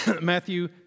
Matthew